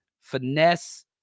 finesse